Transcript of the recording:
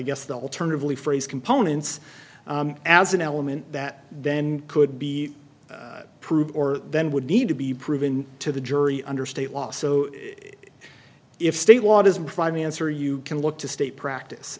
guess the alternatively phrase components as an element that then could be proved or then would need to be proven to the jury under state law so if state law doesn't answer you can look to state practice